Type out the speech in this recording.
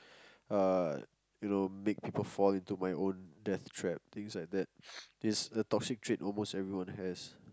uh you know make people fall into my own death trap things like that the toxic trait almost everyone has